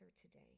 today